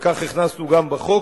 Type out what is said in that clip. וכך הכנסנו גם בחוק,